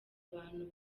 bantu